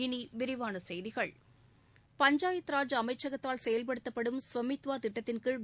இனி விரிவான செய்திகள் பஞ்சாயத்ராஜ் அமைச்சகத்தால் செயல்படுத்தப்படும் ஸ்வமித்வா திட்டத்தின் கீழ்